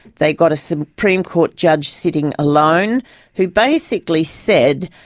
they got a supreme court judge sitting alone who basically said,